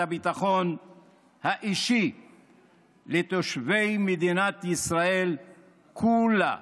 הביטחון האישי לתושבי מדינת ישראל כולה.